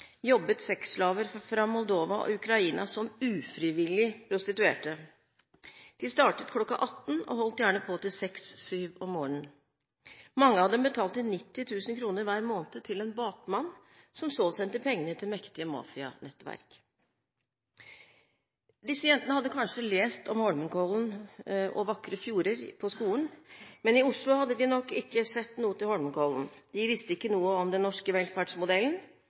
jobbet sexslaver fra Moldova og Ukraina som ufrivillig prostituerte. De startet kl. 18 og holdt gjerne på til kl. 6–7 om morgenen. Mange av dem betalte 90 000 kr hver måned til en bakmann som så sendte pengene til mektige mafianettverk. Disse jentene hadde kanskje lest om Holmenkollen og vakre fjorder på skolen. Men i Oslo hadde de nok ikke sett noe til Holmenkollen. De visste ikke noe om den norske velferdsmodellen.